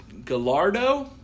Gallardo